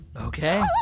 Okay